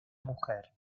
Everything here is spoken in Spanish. mujer